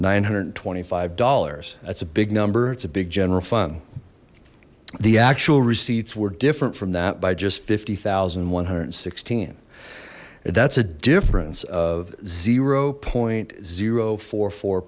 nine hundred and twenty five dollars that's a big number it's a big general fund the actual receipts were different from that by just fifty zero one hundred and sixteen that's a difference of zero point zero four four